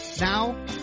Now